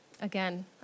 again